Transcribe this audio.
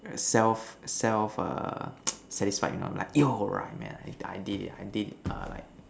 self self err satisfied you know I'm like yo right man I did it I did err like